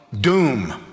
doom